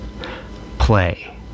Play